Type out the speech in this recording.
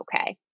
okay